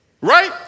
Right